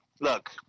look